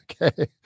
okay